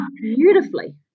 beautifully